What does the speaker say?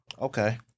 Okay